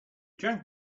drank